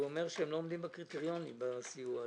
הוא אומר שהם לא עומדים בקריטריונים בסיוע הזה.